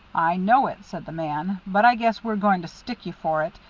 i know it, said the man. but i guess we're going to stick you for it.